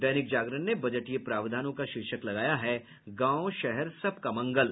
दैनिक जागरण ने बजटीय प्रावधानों का शीर्षक लगाया है गांव शहर सबका मंगल